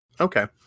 Okay